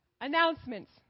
announcements